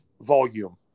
volume